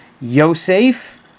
Yosef